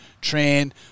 train